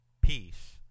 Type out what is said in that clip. peace